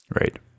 Right